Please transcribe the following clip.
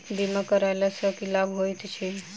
बीमा करैला सअ की लाभ होइत छी?